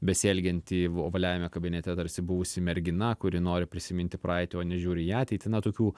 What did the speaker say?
besielgiantį ovaliajame kabinete tarsi buvusi mergina kuri nori prisiminti praeitį o ne žiūri į ateitį na tokių